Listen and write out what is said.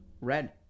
red